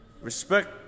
Respect